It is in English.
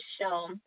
show